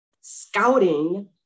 scouting